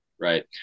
Right